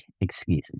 excuses